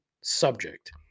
subject